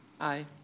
Aye